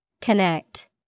Connect